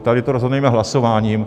Tady to rozhodneme hlasováním.